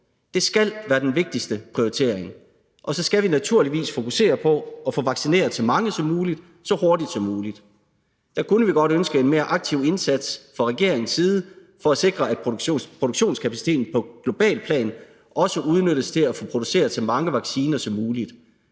Det skal være den vigtigste prioritering. Så skal vi naturligvis fokusere på at få vaccineret så mange som muligt så hurtigt som muligt. Der kunne vi godt ønske en mere aktiv indsats fra regeringens side for at sikre, at produktionskapaciteten på globalt plan også udnyttes til at få produceret så mange vacciner som muligt.